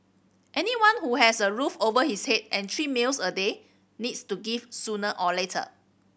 anyone who has a roof over his head and three meals a day needs to give sooner or later